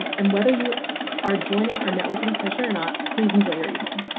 and whether you are joining our networking session or not, please enjoy your evening.